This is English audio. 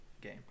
game